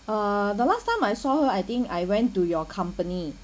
uh the last time I saw her I think I went to your company